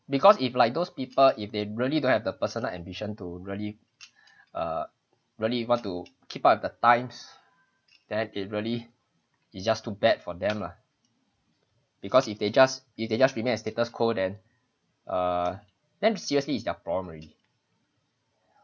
because if like those people if they really don't have the personal ambition to really uh really you want to keep up with the times that it really it's just too bad for them lah because if they just if they just remain as status quo then err then seriously is their problem already